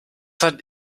hat